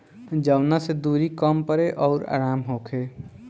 जवना से दुरी कम पड़े अउर आराम होखे